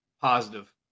positive